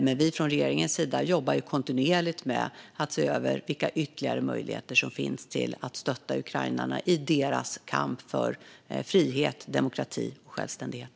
Men regeringen arbetar som sagt kontinuerligt med att se över vilka ytterligare möjligheter som finns att stötta Ukraina i dess kamp för frihet, demokrati och självständighet.